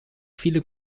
viele